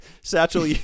Satchel